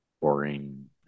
boring